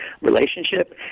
relationship